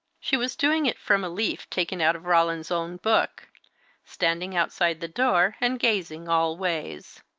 she was doing it from a leaf taken out of roland's own book standing outside the door, and gazing all ways.